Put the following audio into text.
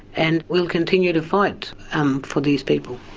and we'll continue to fight um for these people.